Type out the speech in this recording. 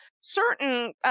certain